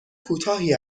کوتاهی